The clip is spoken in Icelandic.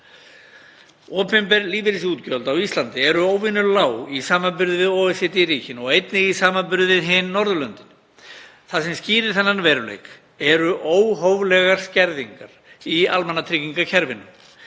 Opinber lífeyrisútgjöld á Íslandi eru óvenju lág í samanburði við OECD-ríkin og einnig í samanburði við hin Norðurlöndin. Það sem skýrir þennan veruleika eru óhóflegar skerðingar í almannatryggingakerfinu.